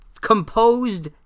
composed